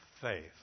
faith